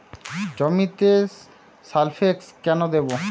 জমিতে সালফেক্স কেন দেবো?